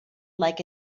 like